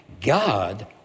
God